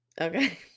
Okay